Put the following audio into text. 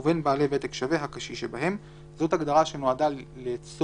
ובין בעלי ותק שווה - הקשיש שבהם." זאת הגדרה שנועדה לצורך